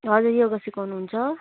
हजुर योगा सिकाउनुहुन्छ